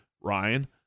Ryan